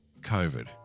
COVID